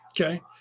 Okay